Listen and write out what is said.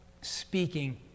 speaking